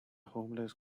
homeless